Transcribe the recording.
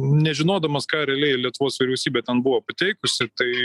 nežinodamas ką realiai lietuvos vyriausybė ten buvo pateikusi tai